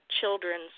children's